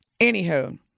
Anywho